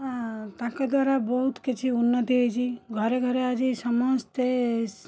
ଆଉ ତାଙ୍କଦ୍ୱାରା ବହୁତ କିଛି ଉନ୍ନତି ହୋଇଛି ଘରେ ଘରେ ଆଜି ସମସ୍ତେ